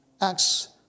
Acts